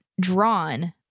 drawn